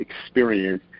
experience